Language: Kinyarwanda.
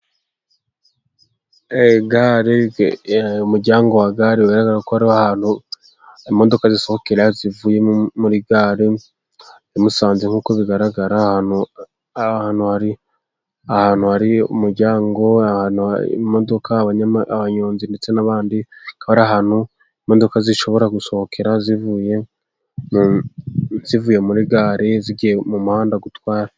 Gare umuryango wa gare wa ko ari ahantu, imodoka zisohokera zivuye muri gare ya musanze, nkuko bigaragara ahantu ahantu hari ahantu hari umuryango, ahantu, imodoka, abanyonzi ndetse n'abandi ka ahantu imodoka zishobora gusohokera zivuye muri gare zigiye mu muhanda gutwara.